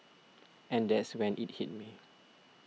and that's when it hit me